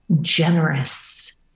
generous